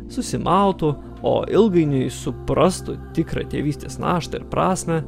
susimautų o ilgainiui suprastų tikrą tėvystės naštą ir prasmę